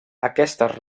aquestes